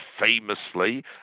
famously